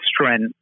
strength